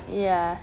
ya